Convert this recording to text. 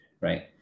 right